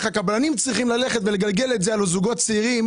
הקבלנים צריכים ללכת ולגלגל את זה על הזוגות הצעירים